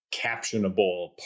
captionable